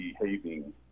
behaving